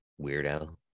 weirdo